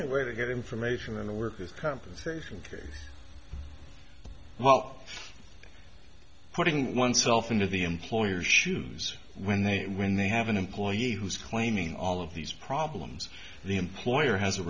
a way to get information on the worker's compensation carrier well putting oneself into the employer's shoes when they when they have an employee who's claiming all of these problems the employer has a